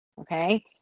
okay